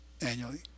annually